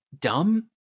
dumb